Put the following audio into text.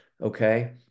Okay